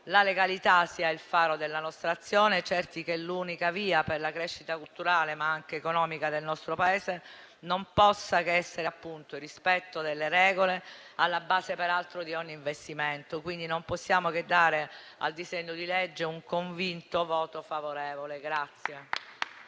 la legalità sia il faro della nostra azione, certi che l'unica via per la crescita culturale, ma anche economica del nostro Paese non possa che essere appunto il rispetto delle regole, alla base peraltro di ogni investimento. Quindi non possiamo che dare al disegno di legge un convinto voto favorevole.